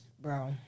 Bro